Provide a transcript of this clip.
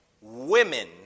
women